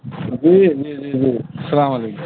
جی جی جی جی سلام علیکم